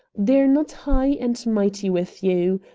they're not high and mighty with you.